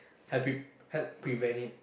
help~ help prevent it